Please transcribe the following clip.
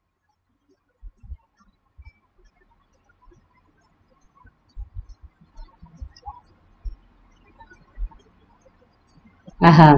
(uh huh)